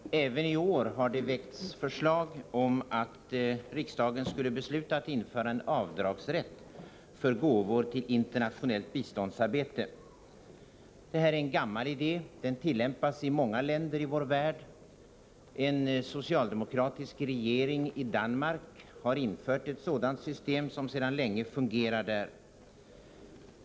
Fru talman! Även i år har det väckts förslag om att riksdagen skulle besluta att införa en avdragsrätt för gåvor till internationellt biståndsarbete. Detta är en gammal idé. Den tillämpas i många länder i vår värld. En socialdemokratisk regering i Danmark har infört ett sådant system, som sedan länge fungerar där.